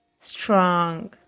strong